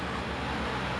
worst student